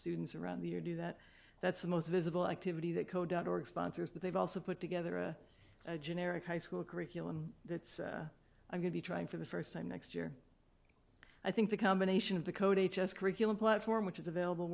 students around the year do that that's the most visible activity that co dot org sponsors but they've also put together a generic high school curriculum that's going to be trying for the first time next year i think the combination of the code h s curriculum platform which is available